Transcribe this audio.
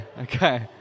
Okay